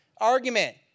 argument